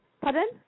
Pardon